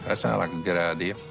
ah sounds like a good idea.